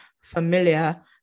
familiar